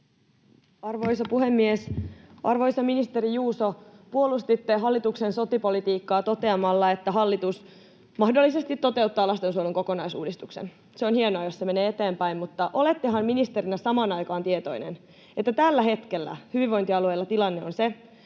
Arvoisa puhemies! Arvoisa ministeri Juuso, te puolustitte hallituksen sote-politiikkaa toteamalla, että hallitus mahdollisesti toteuttaa lastensuojelun kokonaisuudistuksen. Se on hienoa, jos se menee eteenpäin, mutta olettehan ministerinä samaan aikaan tietoinen, että tällä hetkellä hyvinvointialueilla tilanne on se,